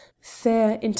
fair